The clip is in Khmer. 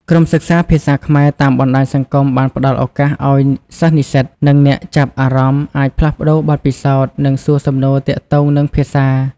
ក្រុមសិក្សាភាសាខ្មែរតាមបណ្តាញសង្គមបានផ្តល់ឱកាសឱ្យសិស្សនិស្សិត និងអ្នកចាប់អារម្មណ៍អាចផ្លាស់ប្តូរបទពិសោធន៍ និងសួរសំណួរទាក់ទងនឹងភាសា។